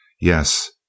Yes